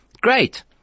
Great